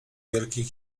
wielkiej